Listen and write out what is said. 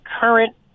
current